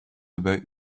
about